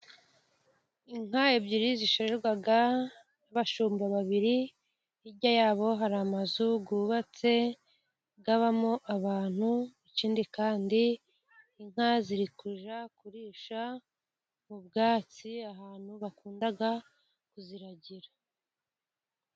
Inka ebyiri zishorerwa n'abashumba babiri, hirya yabo hari amazu yubatse abamo abantu. Ikindi kandi inka ziri kujya kurisha ubwatsi ahantu bakunda kuziragira.